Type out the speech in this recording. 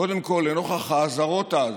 קודם כול לנוכח האזהרות של